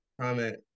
comment